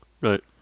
Right